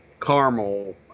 caramel